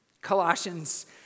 Colossians